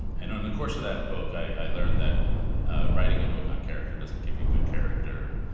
and on the course of that book i learned that writing a book on character doesn't give you good character,